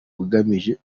ugamije